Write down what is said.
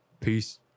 Peace